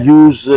use